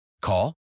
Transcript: Call